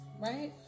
right